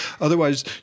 Otherwise